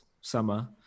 summer